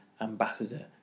ambassador